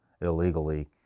illegally